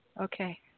Okay